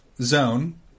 Zone